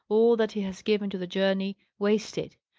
all that he has given to the journey, wasted.